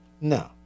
No